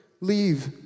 leave